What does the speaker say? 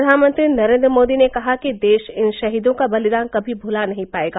प्रधानमंत्री नरेंद्र मोदी ने कहा कि देश इन शहीदों का बलिदान कभी भुला नहीं पायेगा